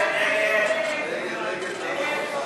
הוועדה, נתקבלו.